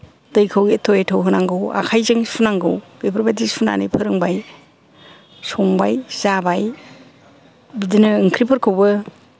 दैखौ एथ' एथ' होनांगौ आखाइजों सुनांगौ बेफोरबायदि सुनानै फोरोंबाय संबाय जाबाय बिदिनो ओंख्रिफोरखौबो